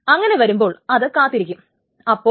അങ്ങനെ വരുമ്പോൾ അത് കാത്തിരിക്കും അപ്പോൾ